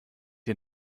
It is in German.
ihr